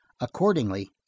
Accordingly